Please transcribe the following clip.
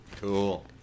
Cool